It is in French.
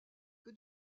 que